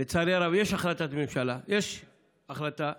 לצערי הרב, יש החלטת ממשלה,